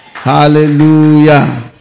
Hallelujah